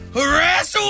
harass